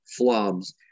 flubs